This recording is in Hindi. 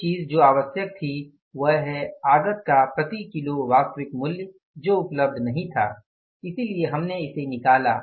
एक चीज़ जो आवश्यक थी वह है आगत का प्रति किलो वास्तविक मूल्य जो उपलब्ध नहीं था इसलिए हमने इसे निकाला